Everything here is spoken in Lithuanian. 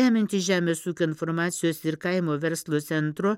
remiantis žemės ūkio informacijos ir kaimo verslo centro